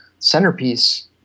centerpiece